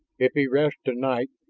if he rests tonight,